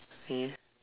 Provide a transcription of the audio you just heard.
ya